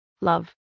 Love